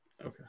Okay